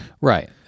Right